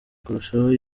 kurushaho